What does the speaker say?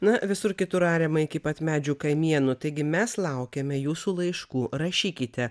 na visur kitur ariama iki pat medžių kamienų taigi mes laukiame jūsų laiškų rašykite